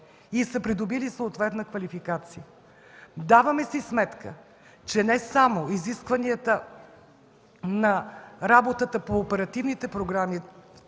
и са придобили съответна квалификация. Даваме си сметка, че не само изискванията на работата по оперативните програми,